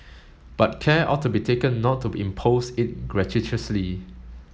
but care ought to be taken not to impose it gratuitously